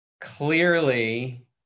Clearly